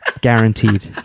Guaranteed